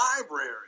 library